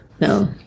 No